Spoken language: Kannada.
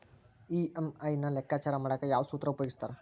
ಇ.ಎಂ.ಐ ನ ಲೆಕ್ಕಾಚಾರ ಮಾಡಕ ಯಾವ್ ಸೂತ್ರ ಉಪಯೋಗಿಸ್ತಾರ